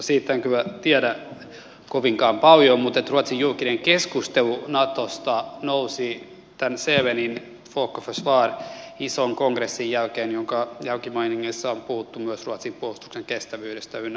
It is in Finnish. siitä en kyllä tiedä kovinkaan paljon mutta ruotsin julkinen keskustelu natosta nousi tämän sälenin ison folk och försvar kongressin jälkeen jonka jälkimainingeissa on puhuttu myös ruotsin puolustuksen kestävyydestä ynnä muuta